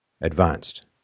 advanced